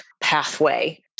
pathway